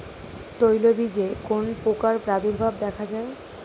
তৈলবীজে কোন পোকার প্রাদুর্ভাব দেখা যায়?